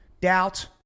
doubt